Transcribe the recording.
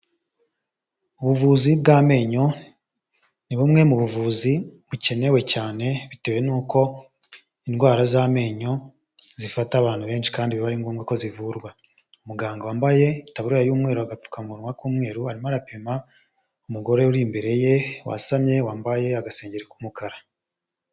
Ubuvuzi bw'amenyo, ni bumwe mu buvuzi bukenewe cyane bitewe nuko indwara z'amenyo zifata abantu benshi kandi biba ari ngombwa ko zivurwa, muganga wambaye itaburiya y'umweru agapfukamunwa k'umweru, arimo arapima umugore uri imbere ye wasamye wambaye agasengeri k'umukara.